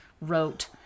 wrote